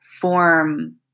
form